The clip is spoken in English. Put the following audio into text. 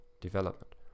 development